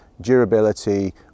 durability